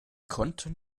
konnten